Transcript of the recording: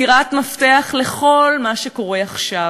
זירת מפתח לכל מה שקורה עכשיו.